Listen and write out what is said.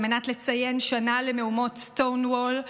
על מנת לציין שנה למהומות Stonewall,